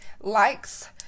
Likes